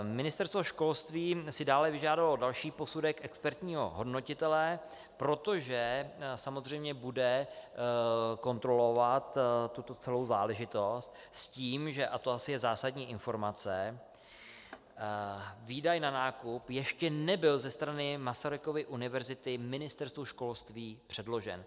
Ministerstvo školství si dále vyžádalo další posudek expertního hodnotitele, protože samozřejmě bude kontrolovat tuto celou záležitost, s tím, že a to asi je zásadní informace výdaj na nákup ještě nebyl ze strany Masarykovy univerzity Ministerstvu školství předložen.